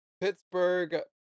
Pittsburgh